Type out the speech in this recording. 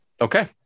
Okay